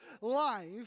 life